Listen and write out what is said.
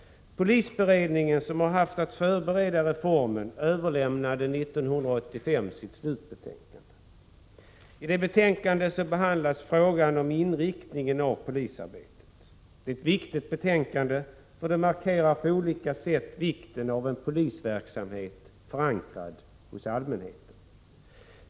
Polisberedningen, som har haft att förebereda reformen, överlämnade 1985 sitt slutbetänkande. I betänkandet behandlas frågan om inriktningen av polisarbetet. Det är ett viktigt betänkande, som på olika sätt markerar vikten av en polisverksamhet förankrad hos allmänheten.